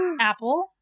Apple